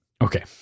Okay